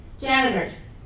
janitors